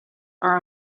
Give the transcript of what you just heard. are